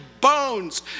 bones